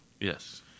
Yes